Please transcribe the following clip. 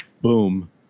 Boom